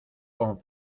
con